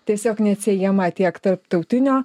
tiesiog neatsiejama tiek tarptautinio